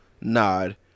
nod